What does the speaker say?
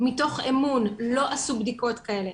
מתוך אמון, לא עשו בדיקות כאלה.